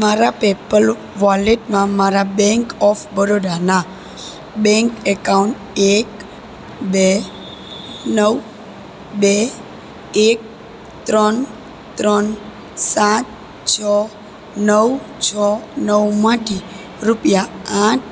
મારા પેપલ વોલેટમાં મારા બેન્ક ઓફ બરોડાનાં બેન્ક એકાઉન્ટ એક બે નવ બે એક ત્રણ ત્રણ સાત છો નવ છ નવમાંથી રૂપિયા આઠ